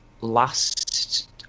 last